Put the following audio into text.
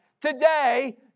Today